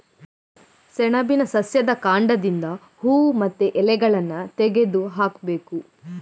ಸೆಣಬಿನ ಸಸ್ಯದ ಕಾಂಡದಿಂದ ಹೂವು ಮತ್ತೆ ಎಲೆಗಳನ್ನ ತೆಗೆದು ಹಾಕ್ಬೇಕು